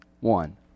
one